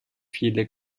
viele